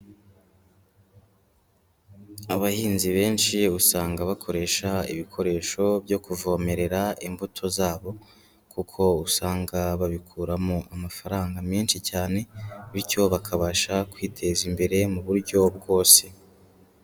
Abahinzi benshi usanga bakoresha ibikoresho byo kuvomerera imbuto zabo kuko usanga babikuramo amafaranga menshi cyane, bityo bakabasha kwiteza imbere mu buryo bwose.